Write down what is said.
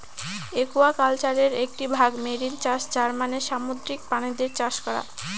একুয়াকালচারের একটি ভাগ মেরিন চাষ যার মানে সামুদ্রিক প্রাণীদের চাষ করা